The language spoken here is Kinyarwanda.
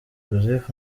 joseph